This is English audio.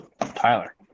Tyler